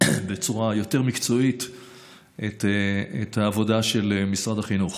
כאן בצורה יותר מקצועית את העבודה של משרד החינוך.